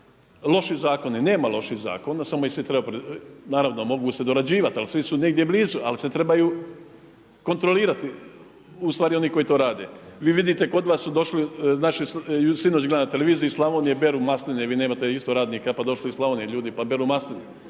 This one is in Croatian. loših zakona, samo ih se treba, naravno, mogu se dorađivati, ali svi su negdje blizu, ali se trebaju kontrolirati u stvari oni koji to rade. Vi vidite, kod vas su došli naši, sinoć gledam na televiziji, Slavonije, beru masline, vi nemate isto radnika, pa došli iz Slavonije ljudi pa beru masline